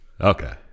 Okay